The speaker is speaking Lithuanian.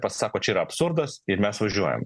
pasako čia yra absurdas ir mes važiuojam